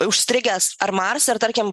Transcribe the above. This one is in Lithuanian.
užstrigęs ar marse ar tarkim